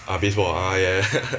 ah baseball ah ya ya